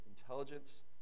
intelligence